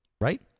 Right